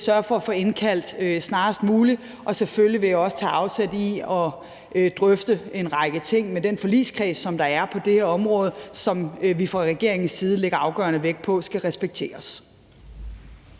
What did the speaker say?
sørge for at få indkaldt snarest muligt. Og selvfølgelig vil jeg også tage afsæt i at drøfte en række ting med den forligskreds, der er på det her område, og som vi fra regeringens side lægger afgørende vægt på skal respekteres.